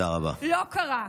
לא קרה.